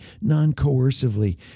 non-coercively